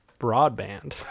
broadband